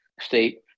state